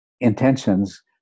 intentions